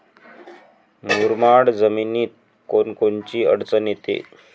मुरमाड जमीनीत कोनकोनची अडचन येते?